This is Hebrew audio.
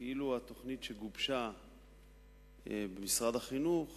כאילו התוכנית שגובשה במשרד החינוך